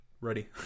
ready